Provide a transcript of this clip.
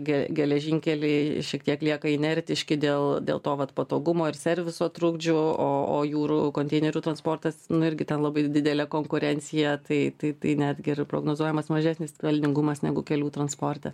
ge geležinkeliai šiek tiek lieka inertiški dėl dėl to vat patogumo ir serviso trukdžių o o jūrų konteinerių transportas nu irgi ten labai didelė konkurencija tai tai tai netgi yra prognozuojamas mažesnis pelningumas negu kelių transporte